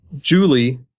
Julie